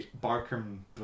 Barkham